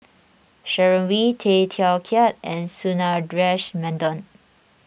Sharon Wee Tay Teow Kiat and Sundaresh Menon